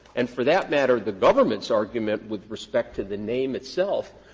and for that matter the government's argument, with respect to the name itself,